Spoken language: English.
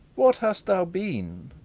what hast thou been?